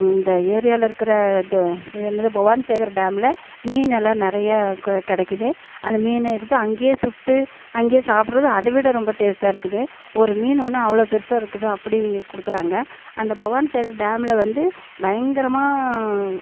இந்த ஏரியாவில் இருக்கிற இது என்னது பவானிசாகர் டேமில் மீனெல்லாம் நிறையா க கிடைக்கிது அந்த மீன் எடுத்து அங்கேயே சுட்டு அங்கேயே சாப்பிட்றதும் அதை விட ரொம்ப டேஸ்ட்டாக இருக்குது ஒரு மீன் ஒன்று அவ்வளோ பெருசாக இருக்குது அப்படி கொடுக்குறாங்க அந்த பவானிசாகர் டேமில் வந்து பயங்கரமாக